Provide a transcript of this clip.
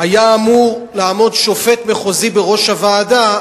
היה אמור לעמוד שופט מחוזי בראש הוועדה,